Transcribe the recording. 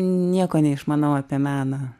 nieko neišmanau apie meną